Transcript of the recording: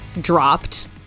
dropped